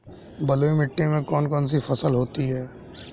बलुई मिट्टी में कौन कौन सी फसल होती हैं?